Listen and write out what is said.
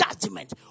judgment